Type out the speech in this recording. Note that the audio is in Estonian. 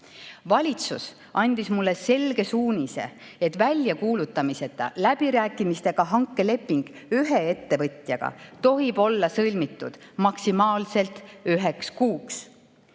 Valitsus andis mulle selge suunise, et väljakuulutamiseta läbirääkimistega hankeleping ühe ettevõtjaga tohib olla sõlmitud maksimaalselt üheks kuuks.